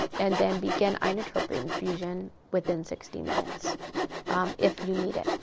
ah and then begin inotrope infusion within sixty minutes if you need it,